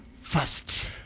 First